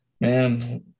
Man